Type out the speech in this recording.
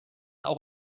auch